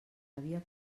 havia